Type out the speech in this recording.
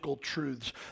truths